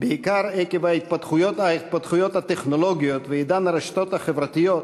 בעיקר עקב ההתפתחויות הטכנולוגיות ועידן הרשתות החברתיות,